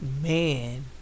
man